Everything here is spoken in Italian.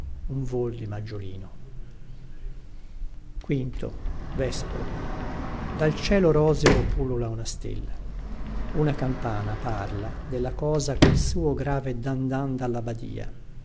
un vol di maggiolino dal cielo roseo pullula una stella una campana parla della cosa col suo grave dan dan dalla badia